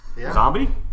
Zombie